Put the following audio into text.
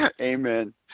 Amen